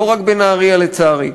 לא רק בנהרייה, לצערי.